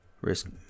risk